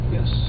Yes